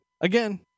Again